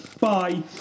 Bye